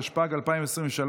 התשפ"ג 2023,